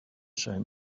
same